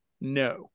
No